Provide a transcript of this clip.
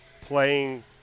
playing